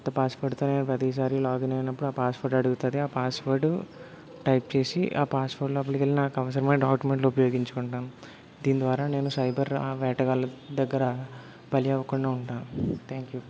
కొత్త పాస్వర్డ్తో ప్రతిసారీ లాగిన్ అయినప్పుడు ఆ పాస్వర్డ్ అడుగుతాది ఆ పాస్వర్డ్ టైప్ చేసి ఆ పాస్వర్డ్ లోపలికెళ్ళి నాకవసరమైన డాక్టుమెంట్లు ఉపయోగించుకుంటాను దీన్ ద్వారా నేను సైబర్ వేటగాళ్ళ దగ్గర బలి అవ్వకుండా ఉంటా థ్యాంక్ యూ